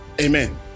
Amen